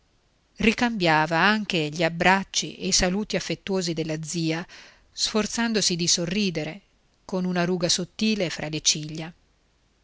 impenetrabile ricambiava anche gli abbracci e i saluti affettuosi della zia sforzandosi di sorridere con una ruga sottile fra le ciglia